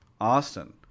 austin